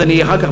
אז אני אחר כך